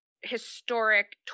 historic